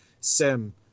sim